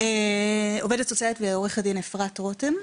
עובדת סוציאלית ועורכת הדין אפרת רותם.